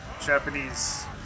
Japanese